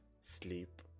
sleep